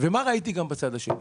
ומה ראיתי בצד השני?